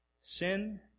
Sin